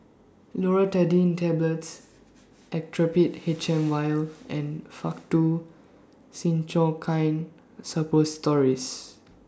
Loratadine Tablets Actrapid H M Vial and Faktu Cinchocaine Suppositories